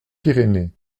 pyrénées